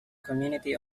community